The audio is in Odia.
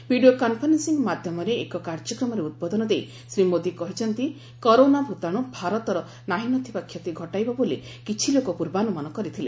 ଭିଡ଼ିଓ କନ୍ଫରେନ୍ସିଂ ମାଧ୍ୟମରେ ଏକ କାର୍ଯ୍ୟକ୍ରମରେ ଉଦ୍ବୋଧନ ଦେଇ ଶ୍ରୀ ମୋଦି କହିଛନ୍ତି କରୋନା ଭୂତାଣୁ ଭାରତର ନାହି ନ ଥିବା କ୍ଷତି ଘଟାଇବ ବୋଲି କିଛି ଲୋକ ପୂର୍ବାନୁମାନ କରିଥିଲେ